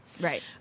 Right